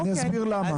אני אסביר למה.